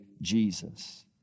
Jesus